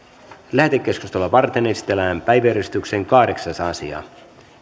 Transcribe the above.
lähetekeskustelua varten esitellään päiväjärjestyksen kahdeksas asia